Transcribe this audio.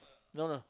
no no